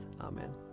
Amen